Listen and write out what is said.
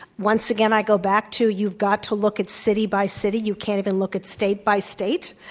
once again, i go back to you've got to look at city by city. you can't even look at state by state.